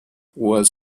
was